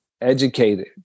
educated